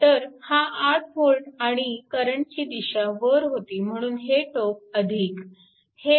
तर हा 8V आणि करंटची दिशा वर होती म्हणून हे टोक हे